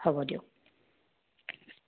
হ'ব দিয়ক